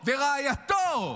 ורעייתו,